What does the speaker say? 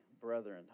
brethren